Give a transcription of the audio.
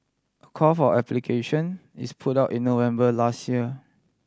a call for application is put out in November last year